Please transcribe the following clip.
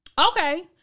okay